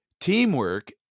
Teamwork